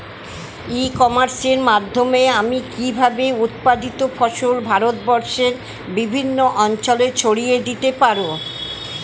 ই কমার্সের মাধ্যমে আমি কিভাবে উৎপাদিত ফসল ভারতবর্ষে বিভিন্ন অঞ্চলে ছড়িয়ে দিতে পারো?